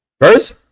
First